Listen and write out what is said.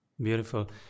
Beautiful